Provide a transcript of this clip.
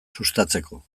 sustatzeko